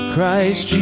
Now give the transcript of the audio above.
Christ